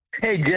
Hey